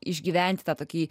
išgyventi tą tokį